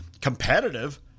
competitive